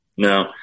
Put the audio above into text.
No